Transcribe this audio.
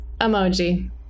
Emoji